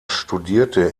studierte